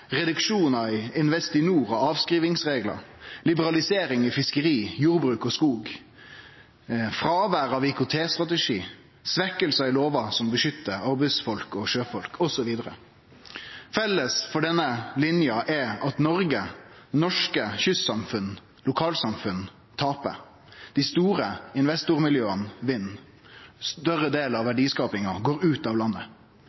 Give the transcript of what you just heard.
reduksjonar i Investinor og avskrivingsreglar liberalisering i fiskeri, jordbruk og skog fråvær av IKT-strategi svekking av lovar som vernar arbeidsfolk og sjøfolk, osv. Felles for denne linja er at Noreg, norske kystsamfunn og lokalsamfunn, taper. Dei store investormiljøa vinn. Ein større del av